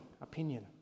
opinion